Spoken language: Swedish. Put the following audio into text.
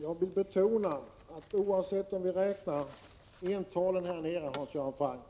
Jag vill betona att oavsett om vi räknar entalen, Hans Göran Franck,